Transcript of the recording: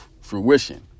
fruition